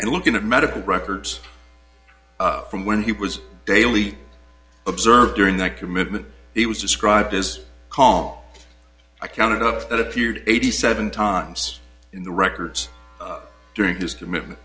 and looking at medical records from when he was daily observed during that commitment he was described as cong i counted up that appeared eighty seven times in the records during his commitment